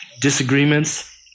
disagreements